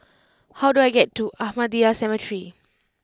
how do I get to Ahmadiyya Cemetery